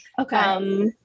Okay